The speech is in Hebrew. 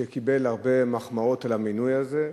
וקיבל הרבה מחמאות על המינוי הזה.